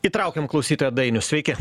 įtraukiam klausytoją dainių sveiki